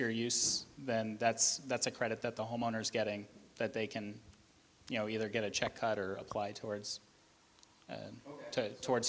your use then that's that's a credit that the homeowners getting that they can you know either get a check cut or apply towards towards